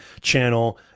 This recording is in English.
channel